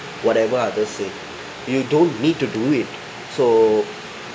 whatever other say you don't need to do it so